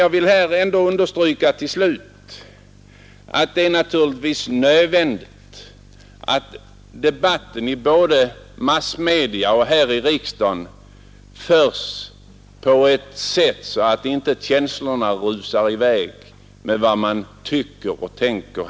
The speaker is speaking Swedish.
Jag vill här till slut understryka att det naturligtvis är nödvändigt att debatten både i massmedia och här i riksdagen förs på ett sätt så att känslorna inte rusar i väg med vad man tycker och tänker.